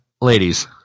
ladies